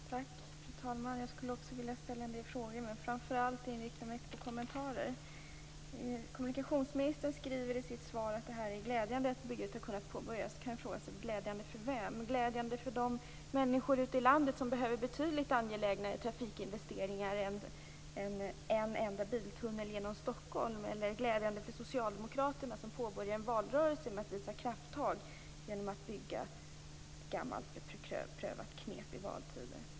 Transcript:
Fru talman! Jag skall också ställa en del frågor. Men jag skall framför allt inrikta mig på kommentarer. Kommunikationsministern säger i sitt svar att det är glädjande att bygget har kunnat påbörjas. Glädjande för vem? Glädjande för dem ute i landet som behöver betydligt mer angelägna trafikinvesteringar än en enda biltunnel genom Stockholm? Glädjande för Socialdemokraterna som påbörjar en valrörelse genom att visa krafttag i form av byggande? Gammalt beprövat knep i valtider.